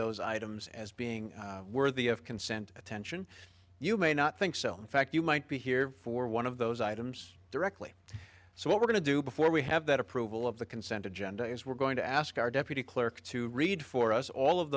those items as being worthy of consent attention you may not think so in fact you might be here for one of those items directly so what we're going to do before we have that approval of the consent agenda is we're going to ask our deputy clerk to read for us all of